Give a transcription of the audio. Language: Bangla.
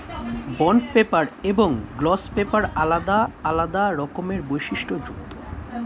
বন্ড পেপার এবং গ্লস পেপার আলাদা আলাদা রকমের বৈশিষ্ট্যযুক্ত